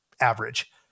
average